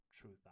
truth